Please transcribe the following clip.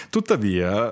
Tuttavia